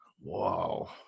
Wow